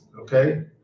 okay